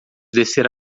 descer